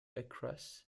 across